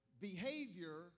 Behavior